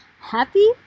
Happy